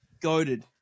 Goaded